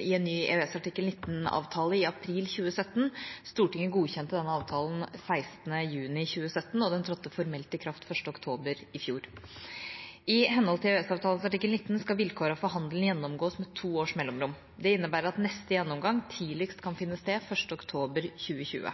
i en ny EØS artikkel 19-avtale i april 2017. Stortinget godkjente denne avtalen 16. juni 2017, og den trådte formelt i kraft 1. oktober i fjor. I henhold til EØS-avtalens artikkel 19 skal vilkårene for handelen gjennomgås med to års mellomrom. Det innebærer at neste gjennomgang tidligst kan finne sted 1. oktober 2020.